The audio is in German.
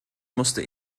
musste